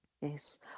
Yes